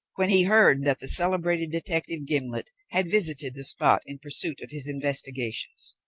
when he heard that the celebrated detective, gimblet, had visited the spot in pursuit of his investigations.